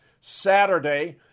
Saturday